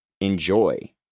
enjoy